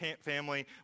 family